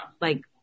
like-